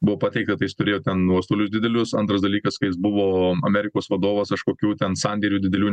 buvo pateikta tai jis turėjo ten nuostolius didelius antras dalykas kai jis buvo amerikos vadovas kažkokių ten sandėrių didelių